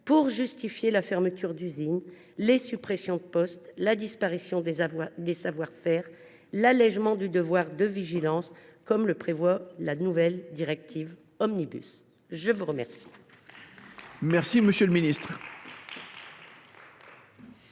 pour justifier la fermeture d’usines, les suppressions de postes, la disparition des savoir faire et l’allégement du devoir de vigilance, comme le prévoit d’ailleurs la nouvelle directive omnibus. La parole